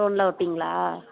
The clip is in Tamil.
ஸ்டோன்லாம் வைப்பீங்களா